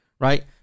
Right